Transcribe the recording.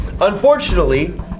Unfortunately